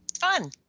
Fun